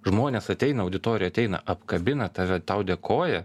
žmonės ateina auditorija ateina apkabina tave tau dėkoja